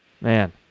Man